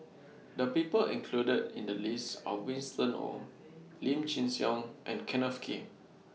The People included in The list Are Winston Oh Lim Chin Siong and Kenneth Kee